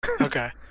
Okay